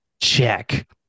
check